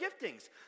giftings